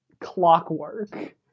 clockwork